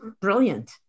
brilliant